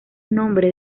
nombres